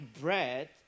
bread